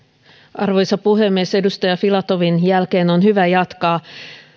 arvoisa puhemies edustaja filatovin jälkeen on hyvä jatkaa